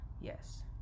Yes